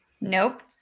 Nope